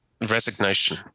resignation